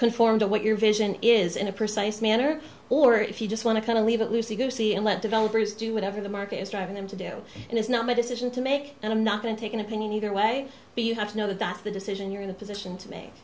conform to what your vision is in a precise manner or if you just want to kind of leave it and let developers do whatever the market is driving them to do and it's not my decision to make and i'm not going to take an opinion either way but you have to know that the decision you're in the position to make